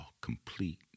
complete